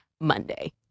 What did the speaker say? Monday